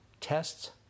tests